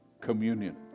communion